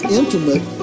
intimate